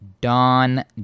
Dawn